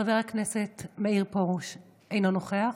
חבר הכנסת מאיר פרוש, אינו נוכח,